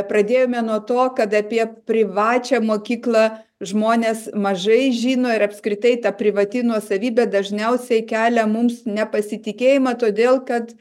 pradėjome nuo to kad apie privačią mokyklą žmonės mažai žino ir apskritai ta privati nuosavybė dažniausiai kelia mums nepasitikėjimą todėl kad